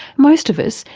most of us,